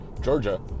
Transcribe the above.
Georgia